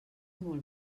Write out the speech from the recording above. molt